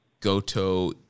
Goto